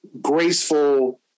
graceful